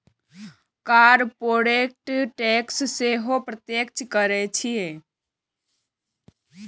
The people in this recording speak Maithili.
कॉरपोरेट टैक्स सेहो प्रत्यक्ष कर छियै